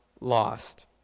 lost